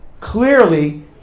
Clearly